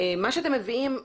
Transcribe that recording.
מה שאתם מביאים,